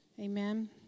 Amen